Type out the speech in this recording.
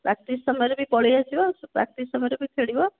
practice ସମୟରେ ବି ପଳେଇଆସିବ ଆଉ ପ୍ରାକ୍ଟିସ୍ ସମୟରେ ଖେଳିବ